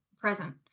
present